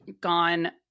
gone